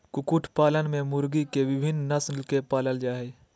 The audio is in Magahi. कुकुट पालन में मुर्गी के विविन्न नस्ल के पालल जा हई